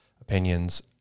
opinions